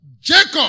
Jacob